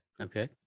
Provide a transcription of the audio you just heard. Okay